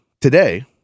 today